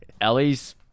Ellie's